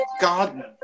God